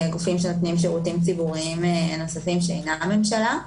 גופים שנותנים שירותים ציבוריים נוספים שאינם הממשלה.